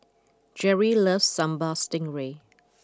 Jerri loves Sambal Stingray